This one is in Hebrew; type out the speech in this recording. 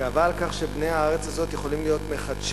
גאווה על כך שבני הארץ הזאת יכולים להיות מחדשים,